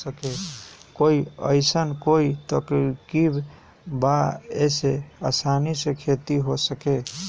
कोई अइसन कोई तरकीब बा जेसे आसानी से खेती हो सके?